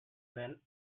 when